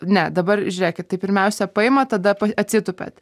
ne dabar žiūrėkit tai pirmiausia paima tada atsitupiat